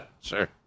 Sure